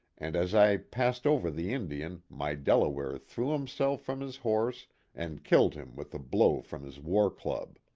and as i passed over the indian my delaware threw himself from his horse and killed him with a blow from his war-club.